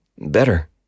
better